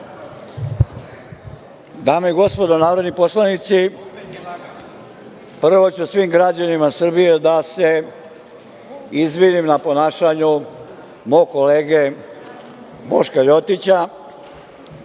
Dame i gospodo narodni poslanici, prvo ću svim građanima Srbije da se izvinim na ponašanju mog kolege Boška Ljotića,